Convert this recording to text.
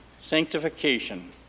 sanctification